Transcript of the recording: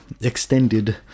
extended